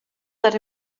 that